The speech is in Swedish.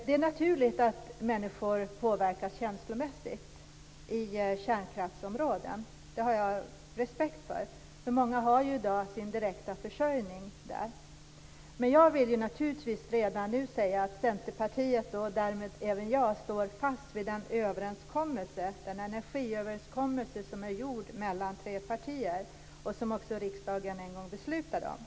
Det är naturligt att människor påverkas känslomässigt i kärnkraftsområden. Det har jag respekt för. Många har ju i dag sin direkta försörjning där. Men redan nu vill jag säga att Centerpartiet, och därmed även jag, naturligtvis står fast vid den energiöverenskommelse som träffats mellan tre partier och som riksdagen har beslutat om.